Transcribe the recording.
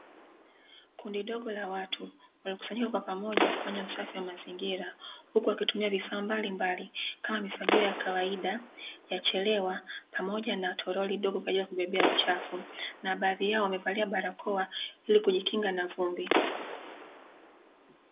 Kundi dogo la watu waliokusanyika kwa pamoja kufanya usafi wa mazingira, huku wakitumia vifaa mbalimbali, kama; mifagio ya kawaida, ya chelewa pamoja na toroli dogo kwa ajili ya kubebea uchafu, na baadhi yao wamevalia barakoa ili kujikinga na vumbi.